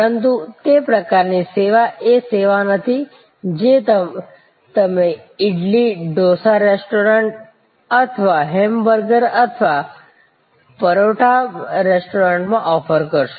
પરંતુ તે પ્રકારની સેવા એ સેવા નથી જે તમે ઈડલી ડોસા રેસ્ટોરન્ટ અથવા હેમબર્ગર અથવા પરોટા રેસ્ટોરન્ટમાં ઓફર કરશો